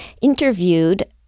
interviewed